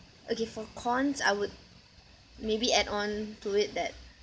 okay for cons I would maybe add on to it that